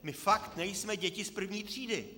My fakt nejsme děti z první třídy.